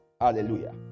Hallelujah